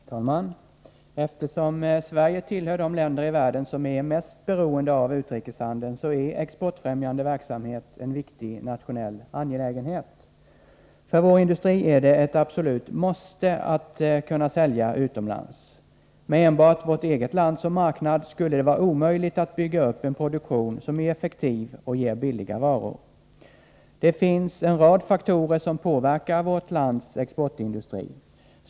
Herr talman! Eftersom Sverige tillhör de länder i världen som är mest beroende av utrikeshandeln, är exportfrämjande verksamhet en viktig nationell angelägenhet. För vår industri är det ett absolut ”måste” att kunna sälja utomlands. Med enbart vårt eget land som marknad skulle det vara omöjligt att bygga upp en produktion som är effektiv och ger billiga varor. Det finns en rad faktorer som påverkar vårt lands exportindustri.